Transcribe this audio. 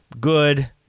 good